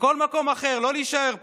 לכל מקום אחר, לא להישאר פה.